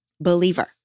believer